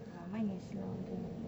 !wow! mine is louder